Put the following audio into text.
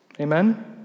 Amen